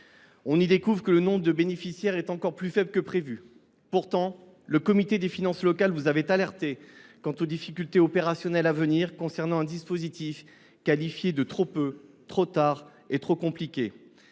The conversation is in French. y découvrons que le nombre de bénéficiaires est encore plus faible que prévu. Pourtant, le comité des finances locales vous avait alerté quant aux difficultés opérationnelles à venir, qualifiant le dispositif de « trop peu, trop tard et trop compliqué